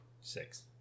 six